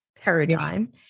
paradigm